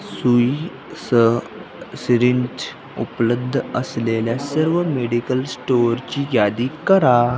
सुईसह syringe उपलब्ध असलेल्या सर्व मेडिकल स्टोअरची यादी करा